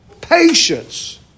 Patience